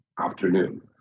afternoon